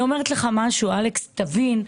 אלכס, תבין,